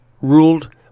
ruled